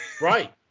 Right